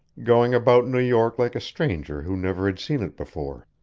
going about new york like a stranger who never had seen it before.